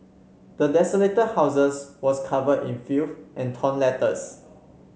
the desolated houses was covered in filth and torn letters